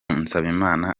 nsabimana